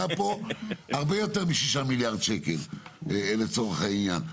הרבה יותר מ-6 מיליארד שקל לצורך העניין.